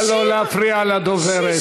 נא לא להפריע לדוברת.